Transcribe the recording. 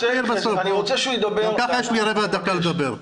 גם כך יש לי רבע דקה לדבר.